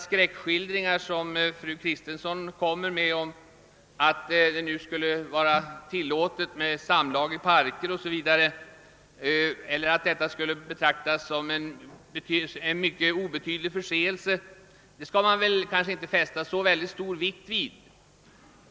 Fru Kristenssons skräckskildringar om att det nu skulle vara tillåtet med samlag i parker o.s.v. eller att sådant skulle betraktas som en mycket obetydlig förseelse skall man kanske inte fästa så stor vikt vid.